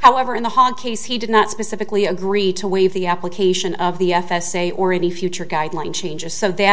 however in the hard case he did not specifically agree to waive the application of the f s a or any future guideline changes so that